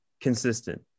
consistent